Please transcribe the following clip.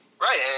Right